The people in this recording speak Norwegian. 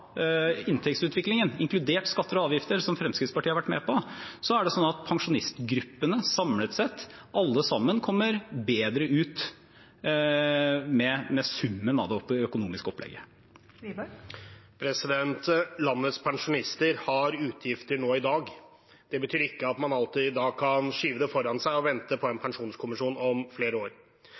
inntektsutviklingen til pensjonistene, inkludert skatter og avgifter, som Fremskrittspartiet har vært med på, er det sånn at alle pensjonistgruppene samlet sett kommer bedre ut med summen av det økonomiske opplegget. Landets pensjonister har utgifter nå i dag. Det betyr at man ikke alltid kan skyve dette foran seg og vente på en pensjonskommisjon om flere år.